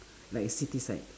like city side